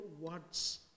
words